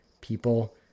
people